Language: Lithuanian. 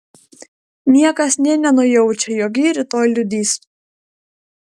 niekas nė nenujaučia jog ji rytoj liudys